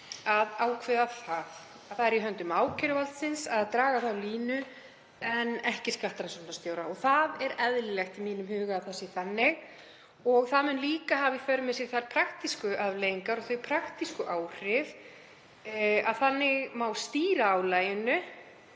að ákveða það, það er í höndum ákæruvaldsins að draga þá línu en ekki skattrannsóknarstjóra. Það er eðlilegt í mínum huga að það sé þannig. Það mun líka hafa í för með sér þær praktísku afleiðingar og þau praktísku áhrif að þannig má stýra álaginu